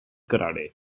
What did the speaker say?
karate